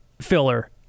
filler